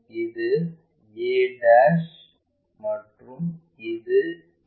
இது a மற்றும் இது a